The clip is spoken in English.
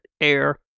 air